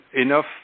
enough